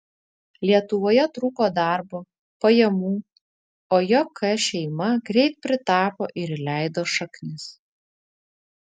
lietuvoje trūko darbo pajamų o jk šeima greit pritapo ir įleido šaknis